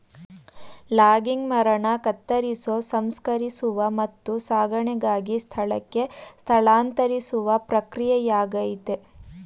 logging ಮರನ ಕತ್ತರಿಸೋ ಸಂಸ್ಕರಿಸುವ ಮತ್ತು ಸಾಗಣೆಗಾಗಿ ಸ್ಥಳಕ್ಕೆ ಸ್ಥಳಾಂತರಿಸುವ ಪ್ರಕ್ರಿಯೆಯಾಗಯ್ತೆ